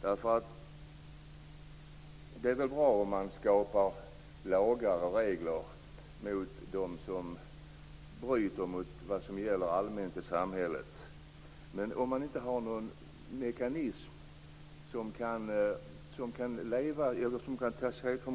Det är väl bra om man skapar lagar och regler mot dem som bryter mot vad som allmänt gäller i samhället. Men om man inte har någon mekanism som